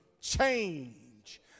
change